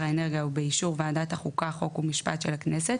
האנרגיה ובאישור ועדת החוקה חוק ומשפט של הכנסת